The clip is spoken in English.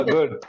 Good